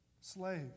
slave